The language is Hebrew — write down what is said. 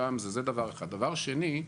דבר שני,